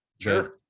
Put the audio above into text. sure